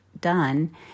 done